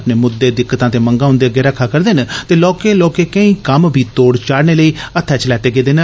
अपने मुद्दे दिक्कतां ते मंगां उन्दे अग्गे रखा करदे न ते लौह्के लौह्के केंई कम्म बी तोड़ चाढ़ने लेई हत्थै च लैते गेदे न